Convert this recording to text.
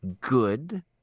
Good